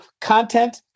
content